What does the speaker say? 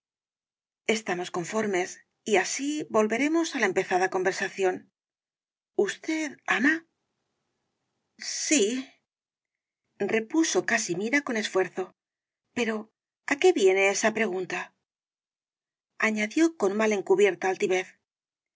estamos conformes y así volveremos á la empezada conversación usted ama el caballero de las botas azules sí repuso casimira con esfuerzo pero á qué viene esa pregunta añadió con mal encubierta altivez